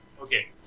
okay